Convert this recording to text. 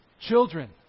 Children